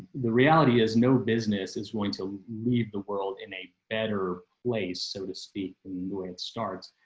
the reality is no business is going to leave the world in a better place, so to speak, in the way it starts.